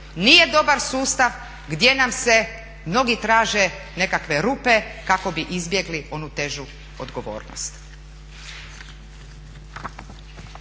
Nije dobar sustav gdje nam mnogi traže nekakve rupe kako bi izbjegli onu težu odgovornost.